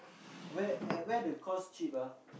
where at where the course cheap ah